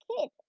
kid